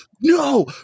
No